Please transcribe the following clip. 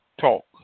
talk